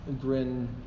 Grin